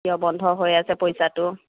কিয় বন্ধ হৈ আছে পইচাটো